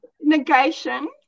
negation